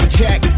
check